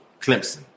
Clemson